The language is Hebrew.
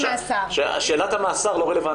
שאלת המאסר לא רלוונטית.